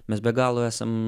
mes be galo esam